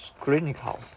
clinical